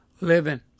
living